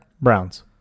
Browns